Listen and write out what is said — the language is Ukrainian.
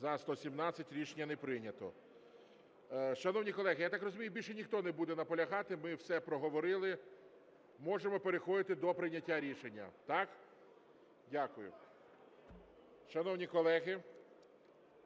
За-117 Рішення не прийнято. Шановні колеги, я так розумію, більше ніхто не буде наполягати, ми все проговорили, можемо переходити до прийняття рішення. Так? Дякую. Шановні колеги,